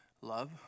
love